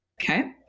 Okay